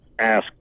ask